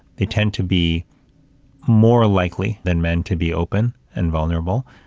they tend to be more likely than men to be open and vulnerable.